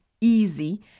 easy